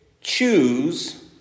choose